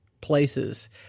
places